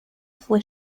fue